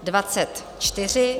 24.